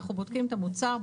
אנחנו בודקים את המוצר,